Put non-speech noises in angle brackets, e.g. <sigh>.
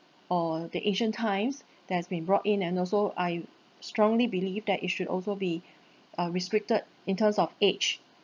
or the ancient times <breath> that has been brought in and also I strongly believe that it should also be <breath> uh restricted in terms of age